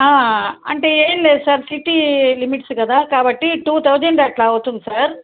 అంటే ఏమి లేదు సార్ సిటీ లిమిట్స్ కదా కాబట్టి టూ థౌజండ్ అలా అవుతుంది సార్